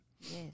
Yes